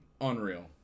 unreal